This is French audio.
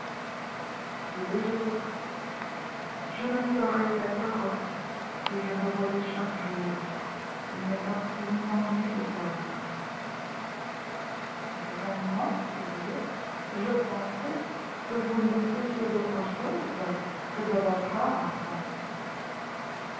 tous les jours je ne saurais être heureux si je ne le voyais chaque jour il m'est absolument nécessaire vraiment curieux je pensais que vous ne vous souciiez d'autre chose que de votre art